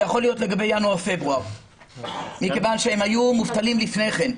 זה יכול להיות לגבי ינואר-פברואר מכיוון שהם היו מובטלים לפני כן.